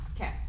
Okay